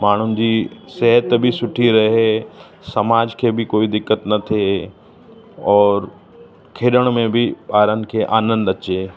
माण्हुनि जी सिहत बि सुठी रहे समाज खे बि कोई दिक़त न थिए और खेॾण में बि ॿारनि खे आनंदु अचे